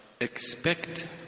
expect